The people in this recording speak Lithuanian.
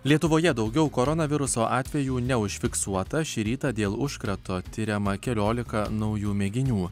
lietuvoje daugiau koronaviruso atvejų neužfiksuota šį rytą dėl užkrato tiriama keliolika naujų mėginių